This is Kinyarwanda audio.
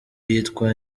yitwa